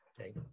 okay